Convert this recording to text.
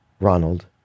Ronald